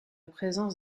présence